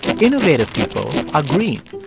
innovative people are green.